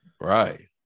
Right